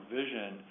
vision